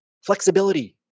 flexibility